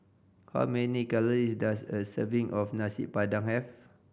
how many calories does a serving of Nasi Padang have